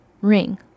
ring